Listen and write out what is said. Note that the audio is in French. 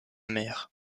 mère